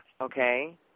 Okay